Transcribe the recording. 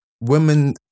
women